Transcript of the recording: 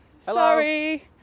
Sorry